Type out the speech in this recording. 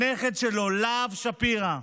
הנכד שלו, להב שפירא,